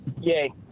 Yay